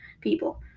people